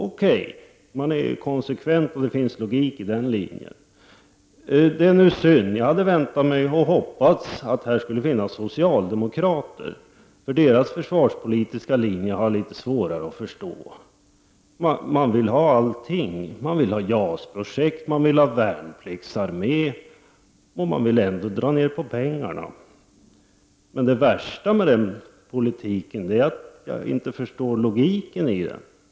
Okej, man är konsekvent och det finns logik i den linjen. Jag hade väntat mig och hoppats att här skulle finnas socialdemokrater på talarlistan. Deras försvarspolitiska linje har jag svårare att förstå. Man vill ha allting: JAS-projekt, värnpliktsarmé, men man vill ändå dra ner på pengarna. Det värsta med den politiken är att jag inte förstår logiken i den.